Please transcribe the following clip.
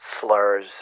slurs